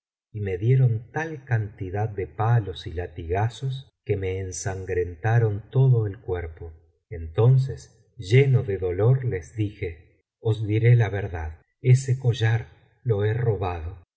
y me dieron tal cantidad de palos y latigazos que biblioteca valenciana generalitat valenciana m las mil noches y una noche me ensangrentaron todo el cuerpo entonces lleno de dolor les dije os diré la verdad ese collar lo he robado